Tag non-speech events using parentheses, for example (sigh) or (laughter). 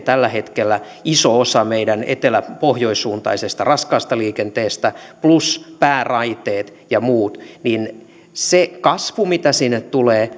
(unintelligible) tällä hetkellä iso osa meidän etelä pohjoissuuntaisesta raskaasta liikenteestämme plus pääraiteet ja muut niin se kasvu mitä sinne tulee (unintelligible)